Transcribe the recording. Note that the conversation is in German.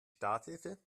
starthilfe